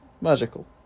Magical